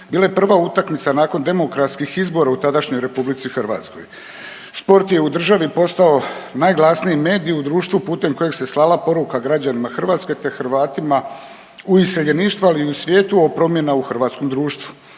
bila je prva utakmica nakon demokratskih izbora u tadašnjoj Republici Hrvatskoj. Sport je u državi postao najglasniji medij u društvu putem kojeg se slala poruka građanima Hrvatske, te Hrvatima u iseljeništvu, ali i u svijetu o promjenama u hrvatskom društvu.